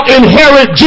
inherit